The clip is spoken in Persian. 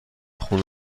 خونه